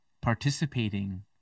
participating